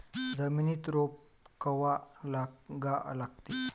जमिनीत रोप कवा लागा लागते?